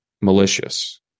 malicious